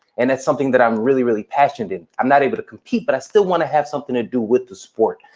and that's something that i'm really, really passionate in. i'm not able to compete, but i still want to have something to do with the sport.